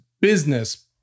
business